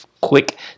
quick